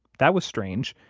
that was strange,